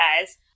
guys